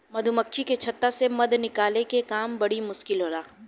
मधुमक्खी के छता से मध निकाले के काम बड़ी मुश्किल होला